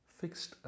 fixed